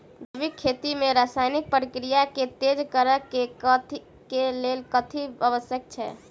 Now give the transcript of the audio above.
जैविक खेती मे रासायनिक प्रक्रिया केँ तेज करै केँ कऽ लेल कथी आवश्यक छै?